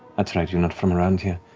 that's right, you're not from around here.